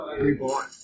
reborn